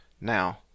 Now